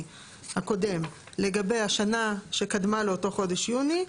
הקודם לגבי השנה שקדמה לאותו חודש יוני.